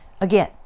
Again